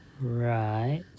Right